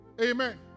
Amen